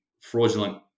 fraudulent